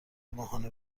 ماهانه